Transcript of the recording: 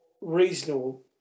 reasonable